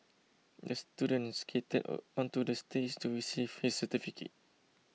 the student skated onto the stage to receive his certificate